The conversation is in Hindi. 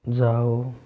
जाओ